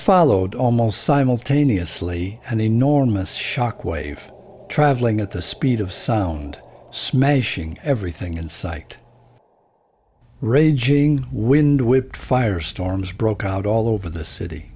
followed almost simultaneously an enormous shock wave traveling at the speed of sound smashing everything in sight raging wind whipped fire storms broke out all over the city